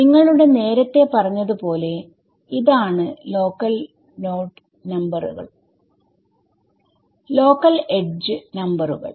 നിങ്ങളോട് നേരത്തെ പറഞ്ഞതുപോലെ ഇതാണ് ലോക്കൽ നോഡ് നമ്പറുകൾ ലോക്കൽ എഡ്ജ് നമ്പറുകൾ